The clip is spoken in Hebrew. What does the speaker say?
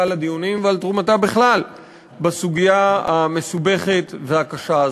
לדיונים ועל תרומתה בכלל בסוגיה המסובכת והקשה הזאת.